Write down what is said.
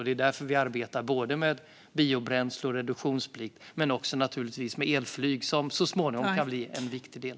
Det är därför vi arbetar såväl med biobränsle och reduktionsplikt som med elflyg, som så småningom kan bli en viktig del.